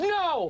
no